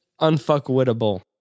unfuckwittable